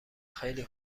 خیلی